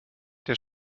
der